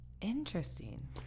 Interesting